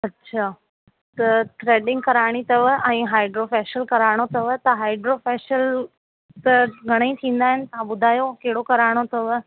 अच्छा त थ्रेडिंग कराइणी अथव ऐं हाइड्रो फेशियल कराइणो अथव त हाइड्रो फेशियल त घणे ई थींदा आहिनि तव्हां ॿुधायो कहिड़ो कराइणो अथव